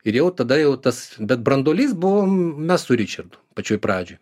ir jau tada jau tas bet branduolys buvom mes su ričardu pačioj pradžioj